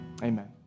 Amen